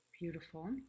Beautiful